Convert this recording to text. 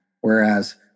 whereas